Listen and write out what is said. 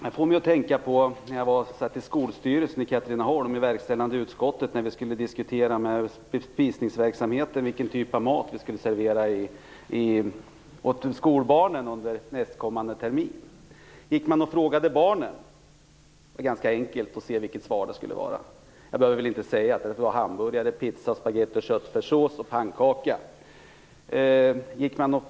Fru talman! Jag kommer att tänka på när jag satt i verkställande utskottet i skolstyrelsen i Katrineholm och vi skulle diskutera bespisningsverksamheten och vilken typ av mat vi skulle servera skolbarnen under kommande termin. Det var ganska enkelt att se vilket svar man skulle få om man frågade barnen - jag behöver väl inte säga att det var hamburgare, pizza, spagetti med köttfärssås och pannkakor.